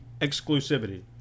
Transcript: exclusivity